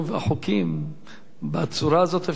בצורה הזאת אפשר להגיע גם לשלוש בבוקר.